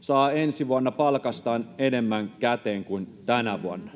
saa ensi vuonna palkastaan enemmän käteen kuin tänä vuonna,